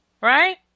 right